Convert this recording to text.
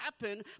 happen